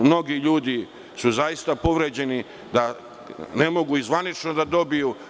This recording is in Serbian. Mnogi ljudi su zaista povređeni, da ne mogu to i zvanično da dobiju.